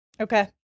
Okay